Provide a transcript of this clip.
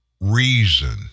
reason